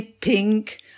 Pink